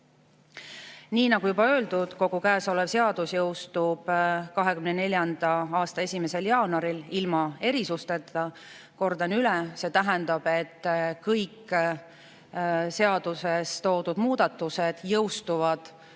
Nii nagu juba öeldud, kogu käesolev seadus jõustub 2024. aasta 1. jaanuaril ilma erisusteta. Kordan üle: see tähendab, et kõik seaduses toodud muudatused jõustuvad aasta